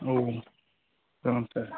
औ जागोन सार